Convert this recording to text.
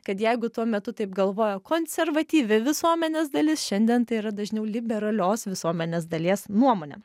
kad jeigu tuo metu taip galvojo konservatyvi visuomenės dalis šiandien tai yra dažniau liberalios visuomenės dalies nuomonė